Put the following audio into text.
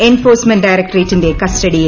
enforcement ഡയറക്ടറേറ്റിന്റെ കസ്റ്റഡിയിൽ